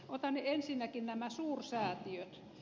otan ensinnäkin nämä suursäätiöt